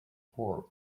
form